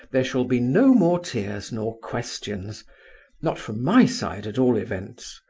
there shall be no more tears, nor questions not from my side, at all events.